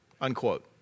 Unquote